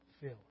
filled